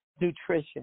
nutrition